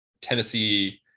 Tennessee